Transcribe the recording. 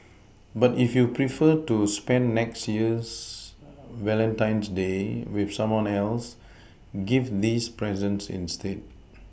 but if you prefer to spend next year's Valentine's day with someone else give these presents instead